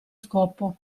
scopo